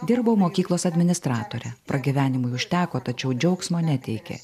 dirbau mokyklos administratore pragyvenimui užteko tačiau džiaugsmo neteikė